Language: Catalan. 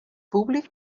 públic